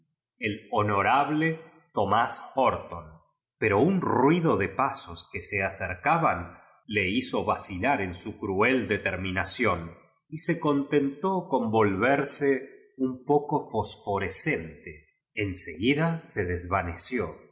cantervile mi tomás hortom pero un ruido de pasos que se acercaban le hizo vacilar en su cruel determinación y se contentó con volverse un poco fosfores cente en seguida se desvaneció